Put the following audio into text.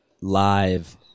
live